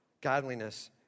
godliness